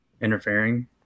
interfering